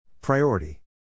Priority